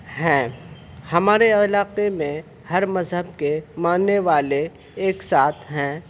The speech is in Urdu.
ہیں ہمارے علاقے میں ہر مذہب کے ماننے والے ایک ساتھ ہیں